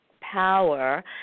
power